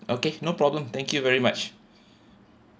okay no problem thank you very much